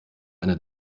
einer